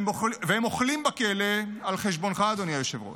הם אוכלים בכלא על חשבונך, אדוני היושב-ראש,